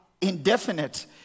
indefinite